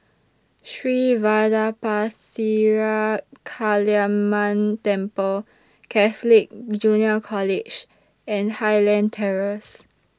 Sri Vadapathira Kaliamman Temple Catholic Junior College and Highland Terrace